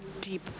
deep